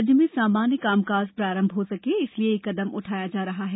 राज्य में सामान्य कामकाज प्रारंभ हो सके इसलिए यह कदम उठाया जा रहा है